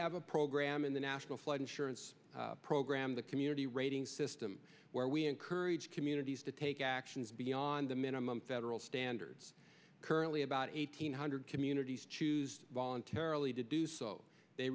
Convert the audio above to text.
have a program in the national flood insurance program the community rating system where we encourage communities to take actions beyond the minimum federal standards currently about eight hundred communities choose voluntarily to do so they